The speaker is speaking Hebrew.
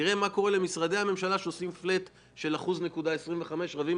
תראה מה קורה למשרדי הממשלה שעושים flat של 1.25%. הם רבים